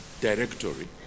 directory